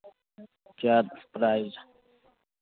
क्या प्राइस